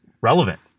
relevant